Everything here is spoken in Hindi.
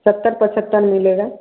सत्तर पचहत्तर मिलेगा